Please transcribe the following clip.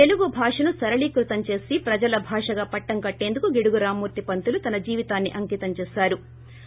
తెలుగు భాషను సరళీకృతం చేసి ప్రజల భాషగా పట్టం కట్టేందుకు గిడుగు రామ్మూర్తి పంతులు తన జీవితాన్ని అంకితం చేసారు